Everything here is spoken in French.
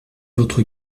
votre